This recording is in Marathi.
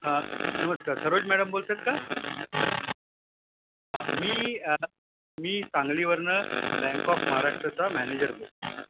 हां नमस्कार सरोज मॅडम बोलत आहेत का मी मी सांगलीवरून बँक ऑफ महाराष्ट्राचा मॅनेजर बोल